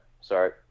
Sorry